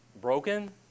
broken